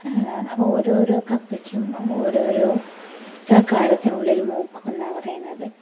ഒരോരോ കപ്പയ്ക്കും ഒരോരോ എത്ര കാലത്തിനുള്ളിൽ മൂക്കും എന്നാ പറയുന്നത്